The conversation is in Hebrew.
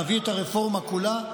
להביא את הרפורמה כולה,